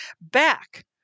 back